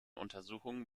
untersuchungen